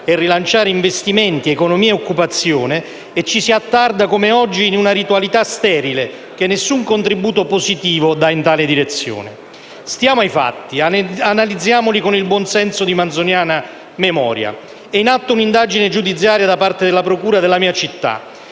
e rilanciare investimenti, economia e occupazione e ci si attarda, come oggi, in una ritualità sterile che nessun contributo positivo dà in tale direzione. Stiamo ai fatti, analizziamoli con il buon senso di manzoniana memoria. È in atto un'indagine giudiziaria da parte della procura della mia città.